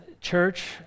church